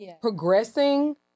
progressing